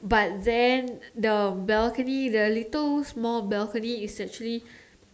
but then the balcony the little small balcony is actually